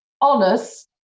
honest